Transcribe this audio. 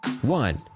One